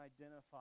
identify